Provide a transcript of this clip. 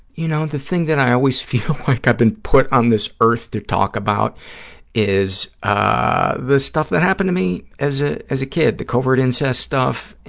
you know, the thing that i always feel like i've been put on this earth to talk about is ah the stuff that happened to me as ah as a kid, the covert incest stuff,